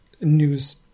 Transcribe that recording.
news